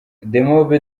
demob